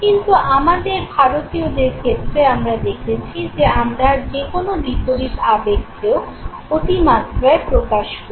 কিন্তু আমাদের ভারতীয়দের ক্ষেত্রে আমরা দেখেছি যে আমরা যে কোন বিপরীত আবেগকেও অতিমাত্রায় প্রকাশ করি